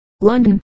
London